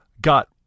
got